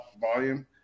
volume